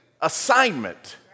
assignment